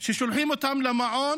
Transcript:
וכשהם ששולחים אותם למעון